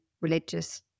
religious